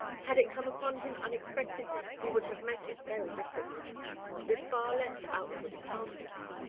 had it come upon him unexpectedly he would have met it very differently with far less outward calmness,